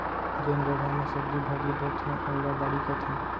जेन जघा म सब्जी भाजी बोथें ओला बाड़ी कथें